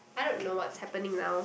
I don't know what's happening now